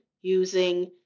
using